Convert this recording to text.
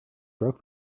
broke